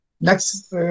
Next